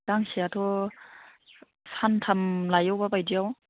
गांसेयाथ' सानथाम लायो बबेबा बायदियाव